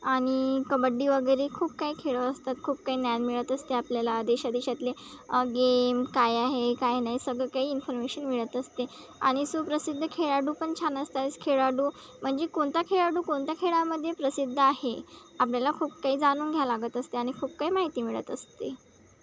आणि कबड्डी वगैरे खूप काही खेळ असतात खूप काही ज्ञान मिळत असते आपल्याला देशादेशातले गेम काय आहे काय नाही सगळं काही इन्फॉर्मेशन मिळत असते आणि सुप्रसिद्ध खेळाडू पण छान असतात खेळाडू म्हणजे कोणता खेळाडू कोणत्या खेळामध्ये प्रसिद्ध आहे आपल्याला खूप काही जाणून घ्यावं लागत असते आनि खूप काही माहिती मिळत असते